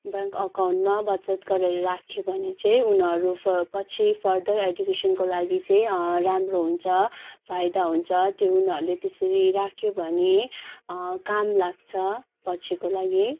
bank अकाउन्टमा बचत गरेर राख्यो भने चाहिँ उनीहरू पछि फरदर एडुकेसनको लागि चाहिँ राम्रो हुन्छ फाइदा हुन्छ त्यो उनीहरूले त्यसरी राख्यो भने काम लाग्छ पछिको लागि